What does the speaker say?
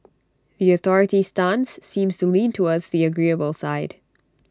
the authorities' stance seems to lean towards the agreeable side